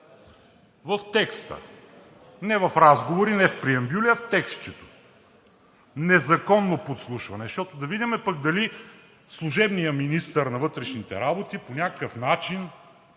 в текста, не в разговори, не в преамбюли, а в текстчето – „незаконно подслушване“. Защото да видим пък дали служебният министър на вътрешните работи по някакъв начин